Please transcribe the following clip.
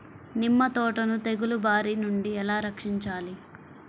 నిమ్మ తోటను తెగులు బారి నుండి ఎలా రక్షించాలి?